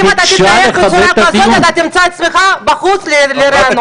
אם אתה תתנהג בצורה כזאת אתה תמצא את עצמך בחוץ לרענון.